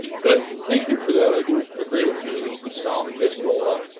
good, thank you for that, i do agree with you. this is sound fiscal